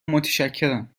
متشکرم